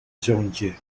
zoontje